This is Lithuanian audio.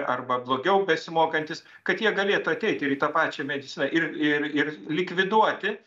arba blogiau besimokantys kad jie galėtų ateit ir į tą pačią mediciną ir ir ir likviduoti